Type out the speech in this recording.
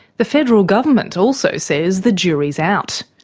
the federal government also says the jury's out.